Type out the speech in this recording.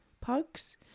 pugs